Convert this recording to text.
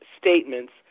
statements